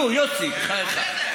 נו, יוסי, בחייך.